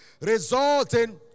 resulting